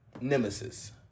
nemesis